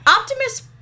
Optimus